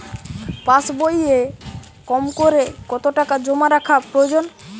পাশবইয়ে কমকরে কত টাকা জমা রাখা প্রয়োজন?